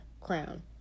crown